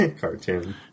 cartoon